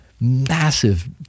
massive